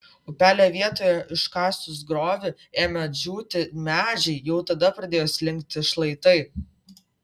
upelio vietoje iškasus griovį ėmė džiūti medžiai jau tada pradėjo slinkti šlaitai